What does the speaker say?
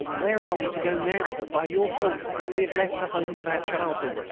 where are we to go now that, by your fault, we have left the homes of our childhood,